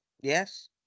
Yes